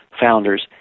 founders